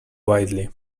wildly